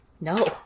No